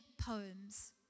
poems